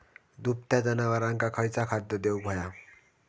दुभत्या जनावरांका खयचा खाद्य देऊक व्हया?